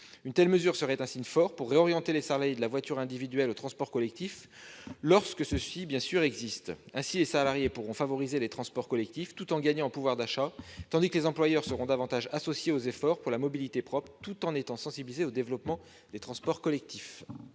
Une telle mesure serait un signe fort pour réorienter les salariés de la voiture individuelle vers les transports collectifs, lorsque ceux-ci existent, bien sûr. Ainsi, les salariés pourront favoriser les transports collectifs tout en gagnant en pouvoir d'achat, tandis que les employeurs seront davantage associés aux efforts pour la mobilité propre en étant sensibilisés au développement des transports collectifs.